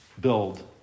build